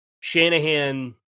Shanahan